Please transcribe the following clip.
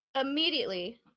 immediately